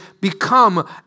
become